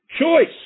choice